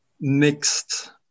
mixed